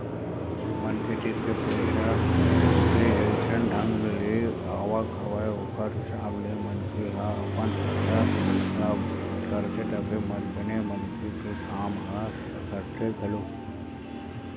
मनखे तीर पइसा के जइसन ढंग ले आवक हवय ओखर हिसाब ले मनखे ह अपन खरचा ल करथे तभे बने मनखे के काम ह सरकथे घलोक